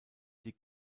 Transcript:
die